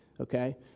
okay